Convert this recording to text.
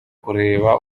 kureba